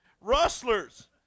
rustlers